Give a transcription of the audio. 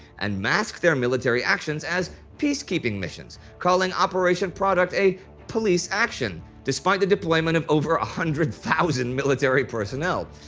and mask their military actions as peacekeeping missions, calling operation product a police action, despite the deployment of over one ah hundred thousand military personnel.